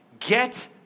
Get